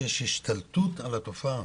שיש השתלטות על התופעה.